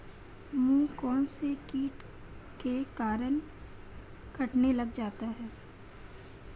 मूंग कौनसे कीट के कारण कटने लग जाते हैं?